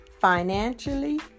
financially